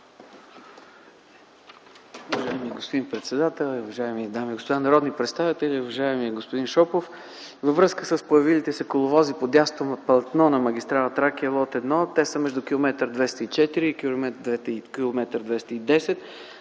Уважаеми господин председател, уважаеми дами и господа народни представители, уважаеми господин Шопов! Във връзката с появилите се коловози по дясното платно на магистрала „Тракия” лот 1, те са между километър 204 и километър 210.